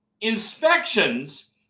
inspections